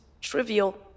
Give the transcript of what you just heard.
trivial